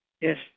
Yes